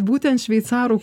būtent šveicarų